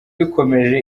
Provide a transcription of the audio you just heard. bikomeje